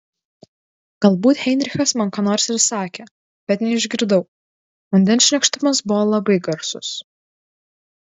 galbūt heinrichas man ką nors ir sakė bet neišgirdau vandens šniokštimas buvo labai garsus